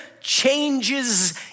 changes